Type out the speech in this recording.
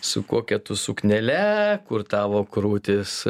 su kokia tu suknele kur tavo krūtys